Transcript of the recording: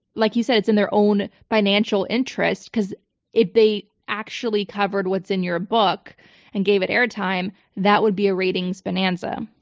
like you said, it's in their own financial interest because if they actually covered what's in your ah book and gave it airtime, that would be a ratings bonanza?